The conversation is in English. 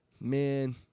Man